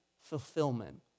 fulfillment